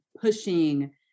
pushing